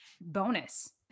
bonus